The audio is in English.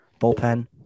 bullpen